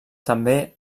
també